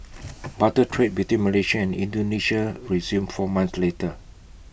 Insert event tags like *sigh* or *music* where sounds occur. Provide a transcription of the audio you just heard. *noise* barter trade between Malaysia and Indonesia resumed four months later